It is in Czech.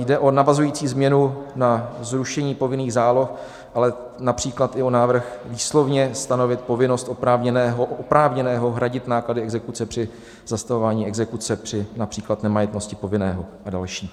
Jde o navazující změnu na zrušení povinných záloh, ale například i o návrh výslovně stanovit povinnost oprávněného hradit náklady exekuce při zastavování exekuce při například nemajetnosti povinného a další.